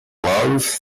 love